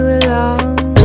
alone